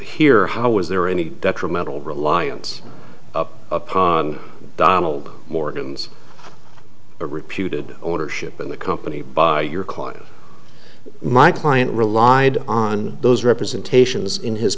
here how was there any detrimental reliance upon donald morgan's a reputed ownership in the company by your client my client relied on those representations in his